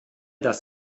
das